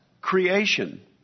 creation